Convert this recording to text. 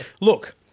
look